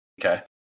Okay